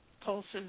pulses